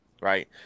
Right